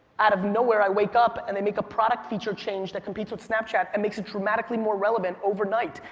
out of nowhere i wake up and they make a product feature change that competes with snapchat and makes it dramatically more relevant overnight.